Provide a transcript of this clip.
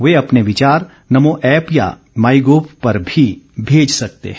वे अपने विचार नमो ऐप्प या माईगोव पर भी भेज सकते हैं